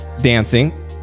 dancing